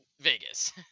Vegas